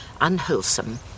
unwholesome